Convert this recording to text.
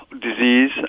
disease